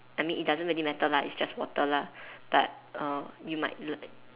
I mean it doesn't really matter lah it's just water lah but err you might like